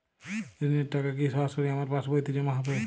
ঋণের টাকা কি সরাসরি আমার পাসবইতে জমা হবে?